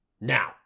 Now